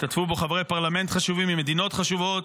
השתתפו בו חברי פרלמנט חשובים ממדינות חשובות.